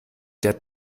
der